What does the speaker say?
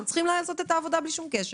צריך לעשות את העבודה בלי קשר.